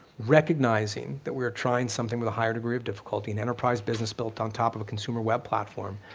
recognizing that we are trying something with a higher degree of difficulty, and enterprise business built on top of a consumer web platform,